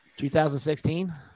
2016